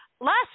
Last